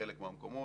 בחלק מהמקומות,